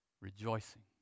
rejoicing